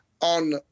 on